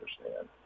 understand